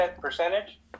percentage